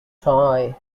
toy